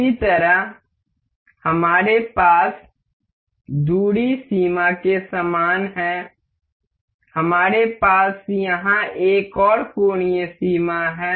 इसी तरह हमारे पास दूरी सीमा के समान है हमारे पास यहां एक कोणीय सीमा है